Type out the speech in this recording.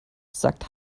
sagt